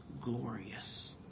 glorious